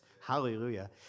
Hallelujah